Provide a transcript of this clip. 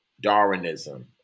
Darwinism